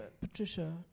Patricia